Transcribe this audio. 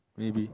maybe